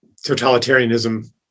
totalitarianism